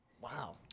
Wow